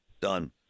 Done